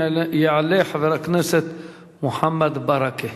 יעלה חבר הכנסת מוחמד ברכה.